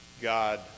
God